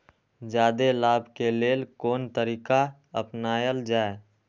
जादे लाभ के लेल कोन तरीका अपनायल जाय?